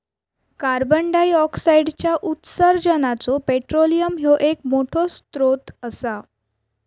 कार्बंडाईऑक्साईडच्या उत्सर्जानाचो पेट्रोलियम ह्यो एक मोठो स्त्रोत असा